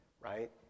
right